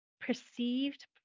perceived